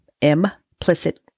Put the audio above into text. implicit